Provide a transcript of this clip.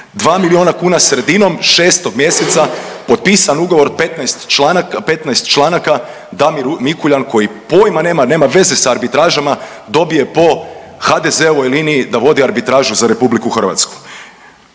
milijuna kuna sredinom šestog mjeseca potpisan ugovor 15 članaka Damir Mikuljan koji pojma nema, nema veze sa arbitražama dobije po HDZ-ovoj liniji da vodi arbitražu za Republiku Hrvatsku.